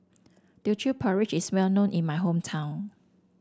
Teochew Porridge is well known in my hometown